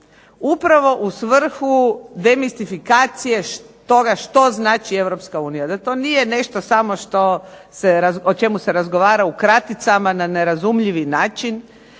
Upravo u svrhu demistifikacije toga što znači Europska unija, da to nije nešto samo o čemu se razgovara u kraticama na nerazumljivi način